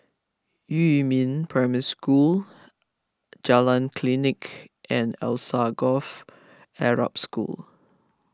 Yumin Primary School Jalan Klinik and Alsagoff Arab School